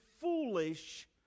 foolish